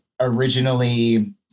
originally